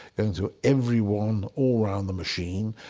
and so every one, all around the machine,